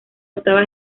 octava